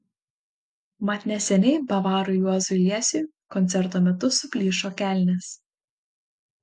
mat neseniai bavarui juozui liesiui koncerto metu suplyšo kelnės